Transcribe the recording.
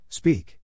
Speak